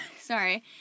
Sorry